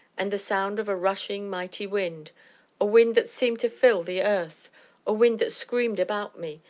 and the sound of a rushing, mighty wind a wind that seemed to fill the earth a wind that screamed about me,